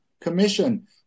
commission